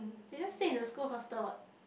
did just say the school hostel